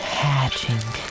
hatching